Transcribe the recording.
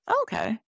Okay